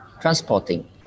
transporting